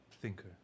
Thinker